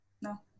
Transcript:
No